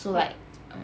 like